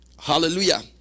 Hallelujah